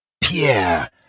Pierre